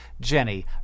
Jenny